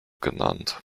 genannt